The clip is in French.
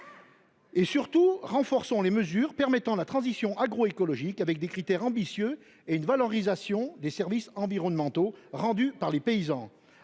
Surtout, renforçons les mesures favorisant la transition agroécologique, avec des critères ambitieux et une valorisation des services environnementaux rendus par les paysans.